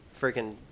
freaking